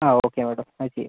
ആ okay madam ആ ചെയ്യാം